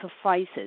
suffices